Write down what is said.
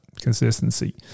Consistency